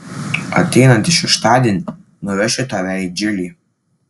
ateinantį šeštadienį nuvešiu tave į džilį